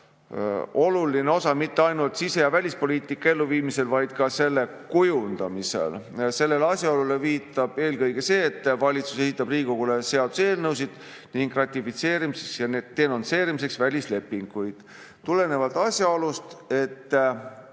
oluline osa mitte ainult sise‑ ja välispoliitika elluviimisel, vaid ka selle kujundamisel. Sellele asjaolule viitab eelkõige see, et valitsus esitab Riigikogule seaduseelnõusid ning ratifitseerimiseks ja denonsseerimiseks välislepinguid. Tulenevalt asjaolust, et